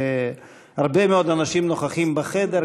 הרבה מאוד אנשים נוכחים בחדר,